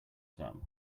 some